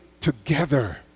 together